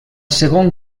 segon